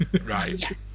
Right